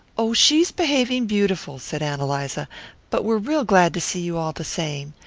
oh, she's behaving beautiful, said ann eliza but we're real glad to see you all the same.